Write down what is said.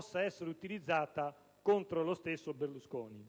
sia utilizzata contro lo stesso Berlusconi.